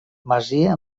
masia